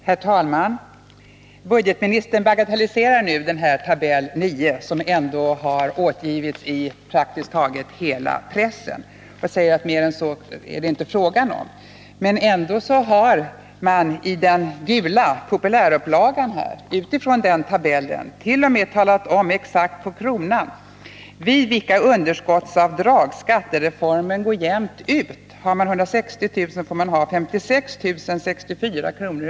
Herr talman! Budgetministern bagatelliserar nu tab. 9, som ändå har återgivits i praktiskt taget hela pressen, och säger att mer än så och så är det inte fråga om. Men ändå har man i den gula populärupplagan med utgångspunkt från den här tabellen t.o.m. talat om exakt på kronan vid vilka underskottsavdrag skattereformen går jämnt ut. Har man 160 000 kr. får man ha 56 064 kr.